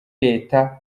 leta